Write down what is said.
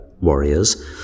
warriors